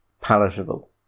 palatable